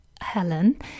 Helen